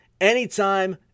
anytime